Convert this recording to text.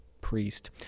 priest